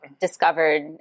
discovered